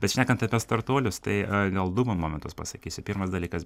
bet šnekant apie startuolius tai e gal du mo momentus pasakysiu pirmas dalykas